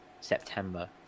September